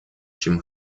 чем